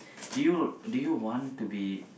do you do you want to be